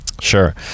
sure